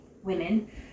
Women